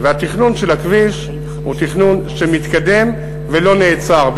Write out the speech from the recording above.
והתכנון של הכביש הוא תכנון שמתקדם ולא נעצר.